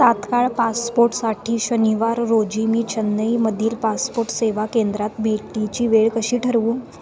तात्काळ पासपोटसाठी शनिवार रोजी मी चेन्नईमधील पासपोट सेवा केंद्रात भेटीची वेळ कशी ठरवू